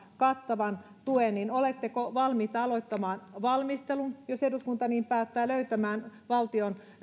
kattavan tuen oletteko valmiita aloittamaan valmistelun jos eduskunta niin päättää ja löytämään valtion